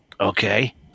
Okay